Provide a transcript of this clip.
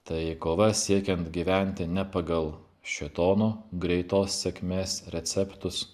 tai kova siekiant gyventi ne pagal šėtono greitos sėkmės receptus